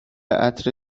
عطر